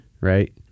Right